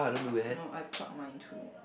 no I pluck mine too